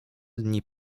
dni